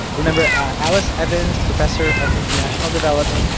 remember, alice evans, professor of international development,